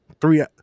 Three